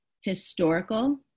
Historical